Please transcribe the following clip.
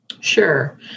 Sure